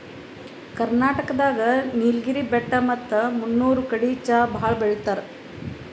ಕರ್ನಾಟಕ್ ದಾಗ್ ನೀಲ್ಗಿರಿ ಬೆಟ್ಟ ಮತ್ತ್ ಮುನ್ನೂರ್ ಕಡಿ ಚಾ ಭಾಳ್ ಬೆಳಿತಾರ್